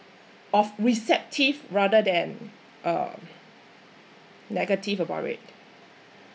of receptive rather than um negative about it